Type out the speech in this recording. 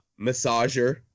massager